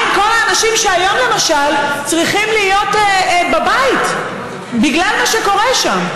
מה עם כל האנשים שהיום למשל צריכים להיות בבית בגלל מה שקורה שם?